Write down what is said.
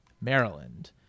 Maryland